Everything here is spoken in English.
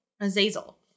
Azazel